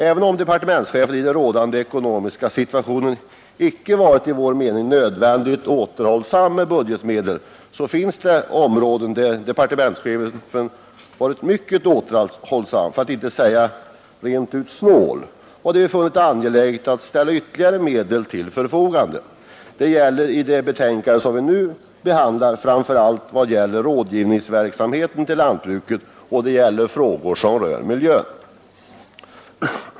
Även om departementschefen i den rådande ekonomiska situationen icke visat den enligt vår mening nödvändiga återhållsamheten med budgetmedel, finns det ändå områden där departementschefen varit mycket återhållsam, för att inte säga snål, och där vi funnit det angeläget att ställa ytterligare medel till förfogande. I det betänkande vi nu behandlar gäller det framför allt rådgivningsverksamheten till lantbruket och frågor som rör miljön.